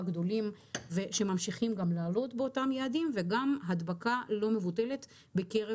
גדולים שממשיכים גם לעלות באותם יעדים וגם הדבקה לא מבוטלת בקרב